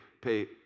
pay